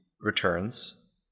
returns